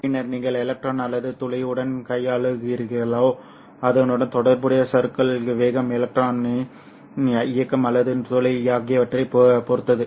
பின்னர் நீங்கள் எலக்ட்ரான் அல்லது துளையுடன் கையாளுகிறீர்களோ அதனுடன் தொடர்புடைய சறுக்கல் வேகம் எலக்ட்ரானின் இயக்கம் அல்லது துளை ஆகியவற்றைப் பொறுத்தது